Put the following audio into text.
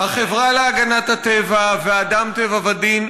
החברה להגנת הטבע ו"אדם טבע ודין"